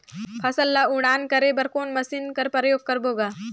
फसल ल उड़ान करे बर कोन मशीन कर प्रयोग करबो ग?